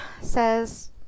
says